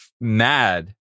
mad